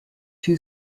two